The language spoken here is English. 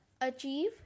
achieve